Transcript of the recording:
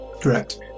Correct